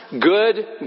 good